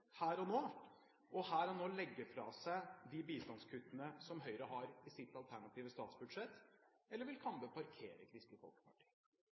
her og nå og her og nå legge fra seg de bistandskuttene som Høyre har i sitt alternative statsbudsjett? Eller vil Kambe parkere Kristelig Folkeparti?